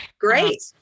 Great